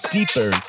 Deeper